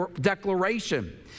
declaration